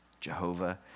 Jehovah